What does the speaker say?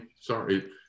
sorry